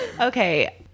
Okay